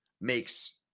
makes